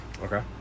Okay